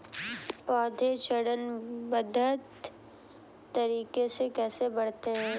पौधे चरणबद्ध तरीके से कैसे बढ़ते हैं?